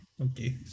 Okay